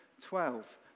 twelve